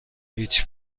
هیچ